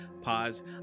Pause